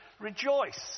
rejoice